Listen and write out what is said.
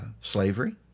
slavery